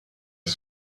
est